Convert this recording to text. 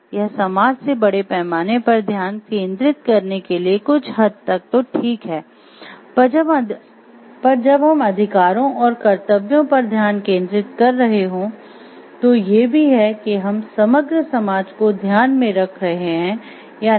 यह समाज से बड़े पैमाने पर ध्यान केंद्रित करने के लिए कुछ हद तक तो ठीक है पर जब हम अधिकारों और कर्तव्यों पर ध्यान केंद्रित कर रहे हों तो ये भी है कि हम समग्र समाज को ध्यान में रख रहे हैं या नहीं